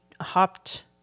hopped